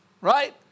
right